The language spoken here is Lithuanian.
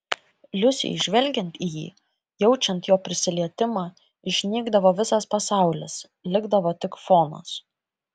liusei žvelgiant į jį jaučiant jo prisilietimą išnykdavo visas pasaulis likdavo tik fonas